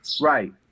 Right